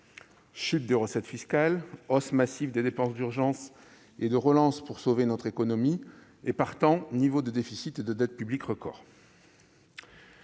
chute des recettes fiscales, hausse massive des dépenses d'urgence et de relance pour sauver notre économie et, par voie de conséquence, niveaux de déficit et de dette publique record.